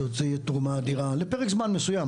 זו תרומה אדירה לפרק זמן מסוים,